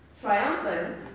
triumphant